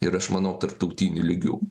ir aš manau tarptautiniu lygiu